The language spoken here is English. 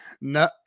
no